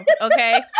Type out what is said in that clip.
Okay